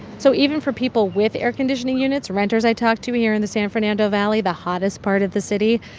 so even for people with air conditioning units, renters i talked to here in the san fernando valley, the hottest part of the city,